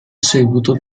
seguito